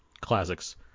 Classics